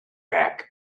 back